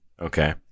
Okay